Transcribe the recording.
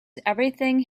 everything